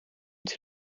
het